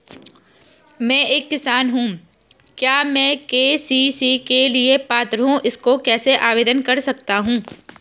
मैं एक किसान हूँ क्या मैं के.सी.सी के लिए पात्र हूँ इसको कैसे आवेदन कर सकता हूँ?